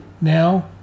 now